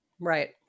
Right